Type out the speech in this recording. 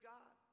God